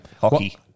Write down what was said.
hockey